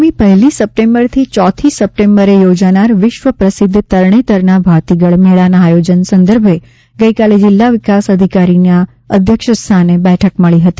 આગામી પહેલી સપ્ટેમ્બરથી ચોથી સપ્ટેમ્બરે યોજાનાર વિશ્વ પ્રસિદ્ધ તરણેતરના ભાતીગળ મેળાના આયોજન સંદર્ભે ગઇકાલે જિલ્લા વિકાસ અધિકારીના અધ્યક્ષસ્થાને બેઠક મળી હતી